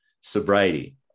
sobriety